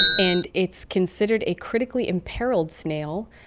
and it's considered a critically imperilled snail.